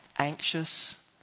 Anxious